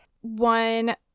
one